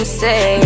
say